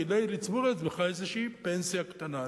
כדי לצבור לעצמך איזושהי פנסיה קטנה,